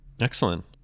excellent